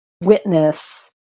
witness